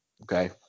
Okay